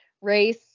race